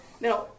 Now